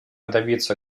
добиться